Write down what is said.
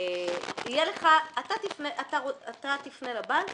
אתה תפנה לבנק,